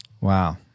wow